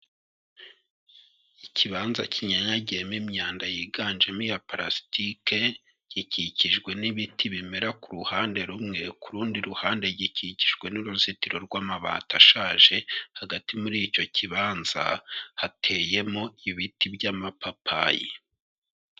Ikibanza kinyanyagiyemo imyanda, yiganjemo iya parasitike, gikikijwe n'ibiti bimera ku ruhande rumwe, ku rundi ruhande gikikijwe n'uruzitiro rw'amabati ashaje, hagati muri icyo kibanza hateyemo ibiti by'amapapayi.